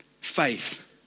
faith